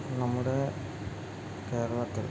നമ്മുടെ കേരളത്തിൽ